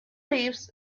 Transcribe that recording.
lives